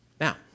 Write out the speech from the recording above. Now